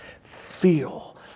feel